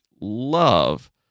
love